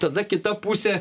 tada kita pusė